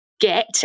get